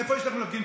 איפה יש לכם להפגין?